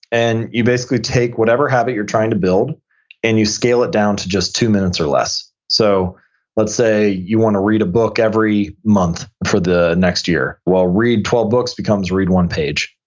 and you basically take whatever habit you're trying to build and you scale it down to just two minutes or less. so let's say you want to read a book every month for the next year. well, read twelve books becomes read one page,